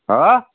ഓ